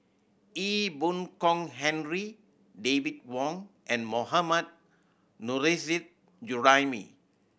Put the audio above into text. Ee Boon Kong Henry David Wong and Mohammad Nurrasyid Juraimi